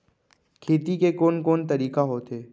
खेती के कोन कोन तरीका होथे?